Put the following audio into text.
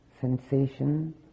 sensation